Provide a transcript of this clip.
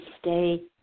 stay